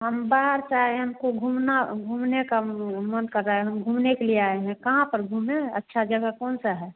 हम बाहर से आए हैं हमको घूमना घूमने का मन कर रहा है हम घूमने के लिए आएँ हैं कहाँ पर घूमे अच्छा जगह कौन सा है